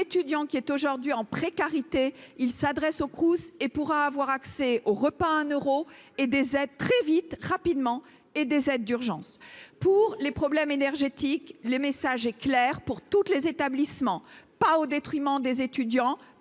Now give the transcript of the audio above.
qui est aujourd'hui en précarité, il s'adresse au Crous et pour avoir accès au repas un euros et des être très vite rapidement et des aides d'urgence pour les problèmes énergétiques, le message est clair pour toutes les établissements pas au détriment des étudiants,